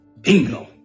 Bingo